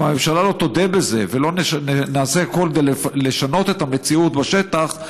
אם המדינה לא תודה בזה ולא נעשה הכול כדי לשנות את המציאות בשטח,